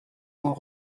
ont